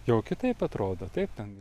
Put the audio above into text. jau kitaip atrodo taip ten